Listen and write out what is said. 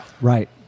Right